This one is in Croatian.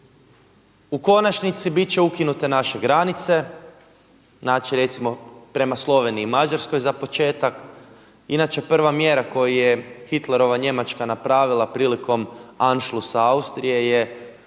U konačnici bit će ukinute naše granice, znači recimo prema Sloveniji i Mađarskoj za početak, inače prva mjera koju je Hitlerova Njemačka napravila prilikom Anschlussa Austrije je